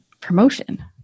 promotion